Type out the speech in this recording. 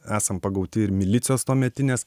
esam pagauti ir milicijos tuometinės